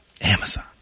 Amazon